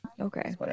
Okay